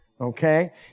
Okay